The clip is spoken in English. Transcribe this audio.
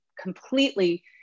completely